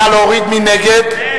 ההסתייגות של קבוצת סיעת חד"ש,